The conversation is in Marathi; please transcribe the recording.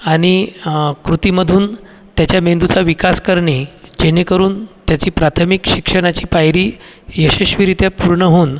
आणि कृतीमधून त्याच्या मेंदूचा विकास करणे जेणेकरून त्याची प्राथमिक शिक्षणाची पायरी यशस्वीरीत्या पूर्ण होऊन